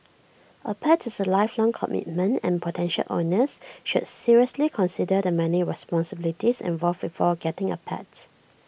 A pet is A lifelong commitment and potential owners should seriously consider the many responsibilities involved before getting A pets